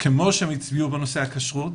כמו שהם הצביעו בנושא הכשרות